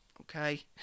Okay